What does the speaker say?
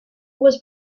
was